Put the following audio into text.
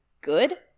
good